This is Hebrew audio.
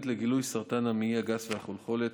היא סיבת רפואתו של האדם מחוליו.